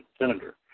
senator